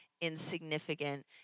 insignificant